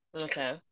Okay